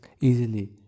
easily